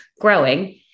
growing